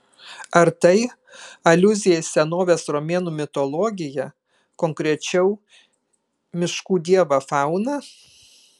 ar tai aliuzija į senovės romėnų mitologiją konkrečiau miškų dievą fauną